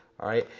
alright.